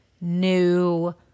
new